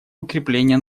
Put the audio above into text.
укрепление